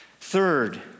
Third